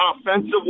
offensively